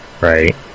Right